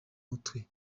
mutwe